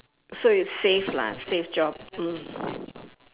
so it's safe lah safe job mm